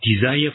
desire